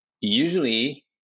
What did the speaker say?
usually